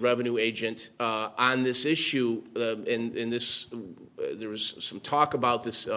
revenue agent on this issue in this there was some talk about this